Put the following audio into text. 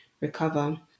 recover